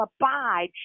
abide